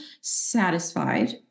satisfied